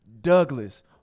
Douglas